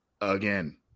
again